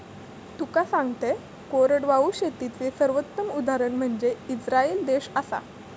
तुका सांगतंय, कोरडवाहू शेतीचे सर्वोत्तम उदाहरण म्हनजे इस्राईल देश आसा